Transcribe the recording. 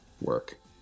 work